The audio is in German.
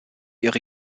ihre